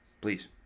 Please